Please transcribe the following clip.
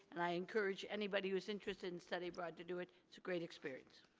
and i encourage anybody who's interested in study abroad to do it, it's a great experience.